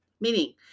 meaning